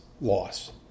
loss